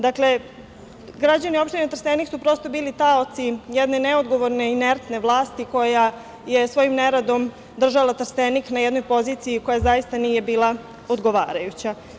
Dakle, građani opštine Trstenik su prosto bili taoci jedne neodgovorne i inertne vlasti koja je svojim neradom držala Trstenik na jednoj poziciji koja, zaista, nije bila odgovarajuća.